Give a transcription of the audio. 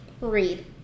read